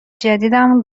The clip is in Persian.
جدیدم